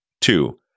Two